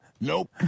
Nope